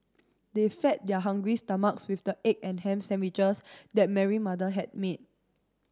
they fed their hungry stomachs with the egg and ham sandwiches that Mary mother had made